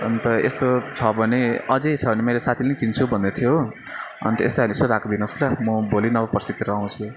अन्त यस्तो छ भने अझ छ भने मेरो साथीले किन्छु भन्दै थियो हो अन्त यस्तो खाले चाहिँ राखिदिनु होस् ल म भोलि नभए पर्सितिर आउँछु